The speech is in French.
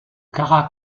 kara